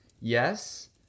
yes